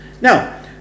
Now